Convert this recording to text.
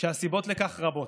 הסיבות לכך רבות: